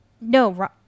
no